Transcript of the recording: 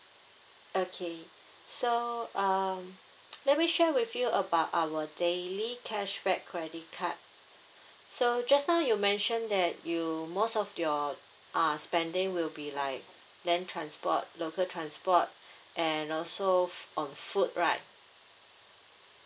okay so uh let me share with you about our daily cashback credit card so just now you mentioned that you most of your uh spending will be like land transport local transport and also f~ on food right